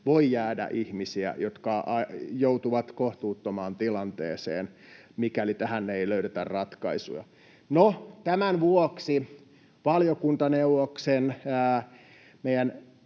voi jäädä ihmisiä, jotka joutuvat kohtuuttomaan tilanteeseen, mikäli tähän ei löydetä ratkaisuja. No, tämän vuoksi meidän